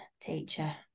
teacher